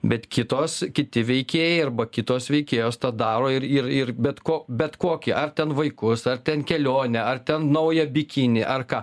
bet kitos kiti veikėjai arba kitos veikėjos tą daro ir ir ir bet ko bet kokį ar ten vaikus ar ten kelionę ar ten naują bikinį ar ką